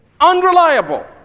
unreliable